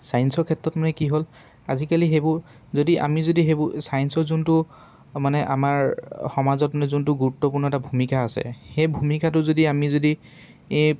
চায়েন্সৰ ক্ষেত্ৰত মানে কি হ'ল আজিকালি সেইবোৰ যদি আমি যদি সেইবোৰ চায়েন্সৰ যোনটো মানে আমাৰ সমাজত মানে যোনটো গুৰুত্বপূৰ্ণ এটা ভূমিকা আছে সেই ভূমিকাটো যদি আমি যদি এই